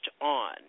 on